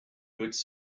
goods